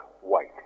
white